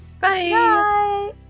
Bye